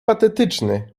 patetyczny